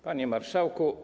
Panie Marszałku!